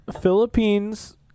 Philippines